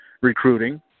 recruiting